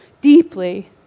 deeply